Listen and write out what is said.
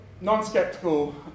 non-skeptical